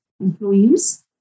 employees